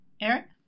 Eric